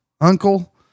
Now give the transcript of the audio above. uncle